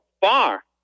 far